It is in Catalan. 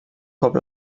cop